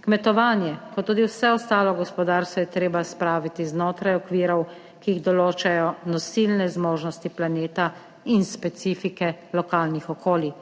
Kmetovanje kot tudi vse ostalo gospodarstvo, je treba spraviti znotraj okvirov, ki jih določajo nosilne zmožnosti planeta in specifike lokalnih okolij,